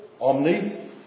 omni